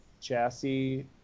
chassis